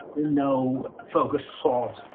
no focused thought,